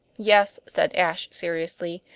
yes, said ashe seriously,